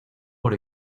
por